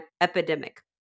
epidemic